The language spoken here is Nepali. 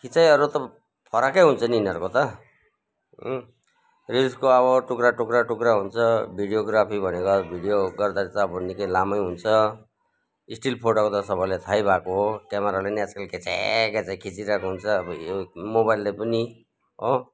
खिचाइहरू त फरकै हुन्छ नि यिनीहरूको त रिल्सको अब टुक्रा टुक्रा टुक्रा हुन्छ भिडियोग्राफी भनेको अब भिडियो गर्दाखेरि त अब निकै लामो हुन्छ स्टिल फोटोको त सबैलाई थाहै भएको हो क्यामेराले पनि आजकल खच्याक खच्याक खिचिरहेको हुन्छ अब उयो मोबाइलले पनि हो